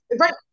right